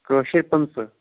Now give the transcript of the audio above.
کٲشِرۍ پٍنٛژٕہ